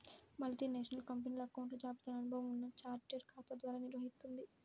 multinational కంపెనీలు అకౌంట్ల జాబితాను అనుభవం ఉన్న చార్టెడ్ ఖాతా ద్వారా నిర్వహిత్తుంది